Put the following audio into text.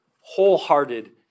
wholehearted